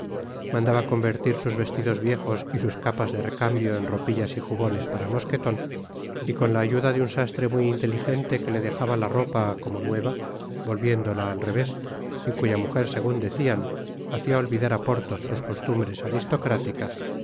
mandaba convertir sus vestidos viejos y sus capas de recambio en ropillas y jubones para mosqueton y con la ayuda de un sastre muy inteligente que le dejaba la ropa como nueva volviéndola al revés y cuya mujer segun decían hacia olvidar á porthos sus costumbres aristocráticas